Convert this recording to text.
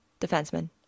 defenseman